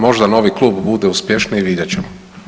Možda novi klub bude uspješniji, vidjet ćemo.